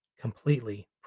completely